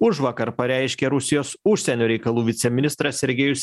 užvakar pareiškė rusijos užsienio reikalų viceministras sergejus